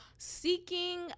Seeking